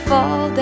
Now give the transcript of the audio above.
Fall